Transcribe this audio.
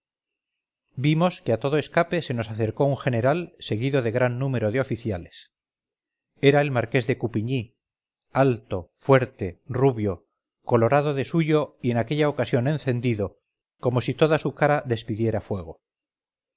vimos que a todo escape se nos acercó un general seguido de gran número de oficiales era el marqués de coupigny alto fuerte rubio colorado de suyo y en aquella ocasión encendido como si toda su cara despidiera fuego